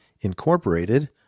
Incorporated